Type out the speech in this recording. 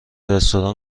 رستوران